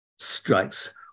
Strikes